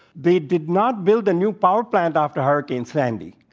they did not build a new power plant after hurricane sandy.